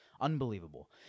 Unbelievable